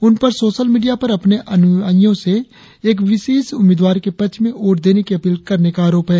उनपर social media पर अपने अनुयायियों से एक विशेष उम्मीदवार के पक्ष में वोट देने की अपील करने का आरोप है